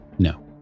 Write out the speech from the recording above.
No